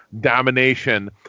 domination